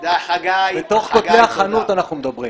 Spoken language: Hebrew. בתוך כותלי החנות אנחנו מדברים.